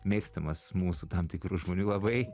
mėgstamas mūsų tam tikrų žmonių labai